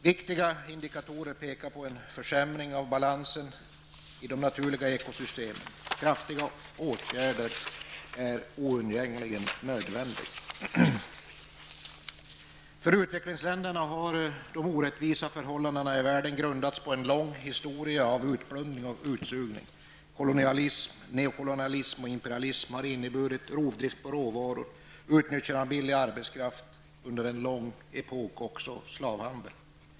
Viktiga indikatorer pekar mot en försämring av balansen i de naturliga ekosystemen. Kraftfulla åtgärder är oundgängliga. För utvecklingsländerna grundas de orättvisa förhållandena på en lång historia av utplundring och utsugning. Kolonialism, neokolonialism och imperialism har inneburit rovdrift beträffande råvaror, utnyttjande av billig arbetskraft och under en lång epok också slavhandel.